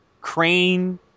crane